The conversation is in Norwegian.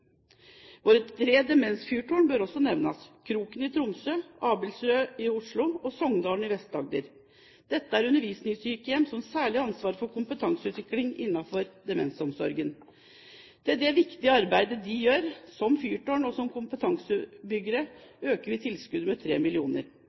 Våre tre demensfyrtårn bør også nevnes, Kroken i Tromsø, Abildsø i Oslo og Songdalen i Vest-Agder. Dette er undervisningssykehjem som særlig har ansvar for kompetanseutvikling innenfor demensomsorgen. Til det viktige arbeidet de gjør, som fyrtårn og som kompetansebyggere,